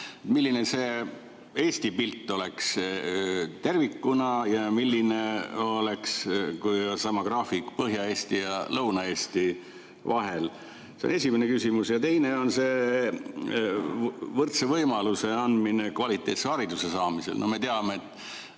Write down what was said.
Milline see Eesti pilt oleks tervikuna ja milline oleks sama graafik Põhja-Eesti ja Lõuna-Eesti vahel? See on esimene küsimus. Ja teine, võrdse võimaluse andmine kvaliteetse hariduse saamisel.